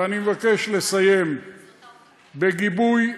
ואני מבקש לסיים בגיבוי מלא,